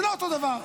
זה לא אותו דבר.